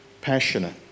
Passionate